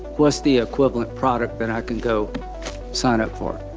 what's the equivalent product that i can go sign up for?